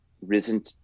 risen